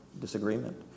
Disagreement